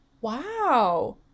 Wow